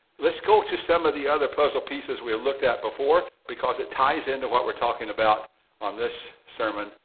let's go to some of the other puzzle pieces we looked at before, because it ties in to what we're talking about on this sermon,